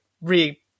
re